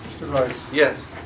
Yes